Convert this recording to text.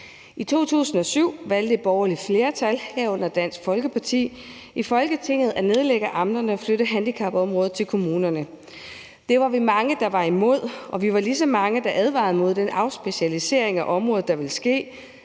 I 2007 valgte et borgerligt flertal, herunder Dansk Folkeparti, i Folketinget at nedlægge amterne og flytte handicapområdet til kommunerne. Det var vi mange, der var imod, og vi var lige så mange, der advarede mod den afspecialisering af området, der ville ske,